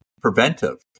preventive